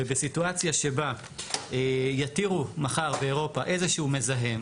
ובסיטואציה שבה יתירו מחר באירופה איזה שהוא מזהם